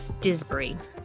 Disbury